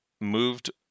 moved